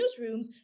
newsrooms